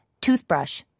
toothbrush